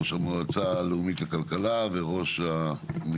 אני ראש